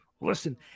listen